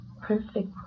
Perfect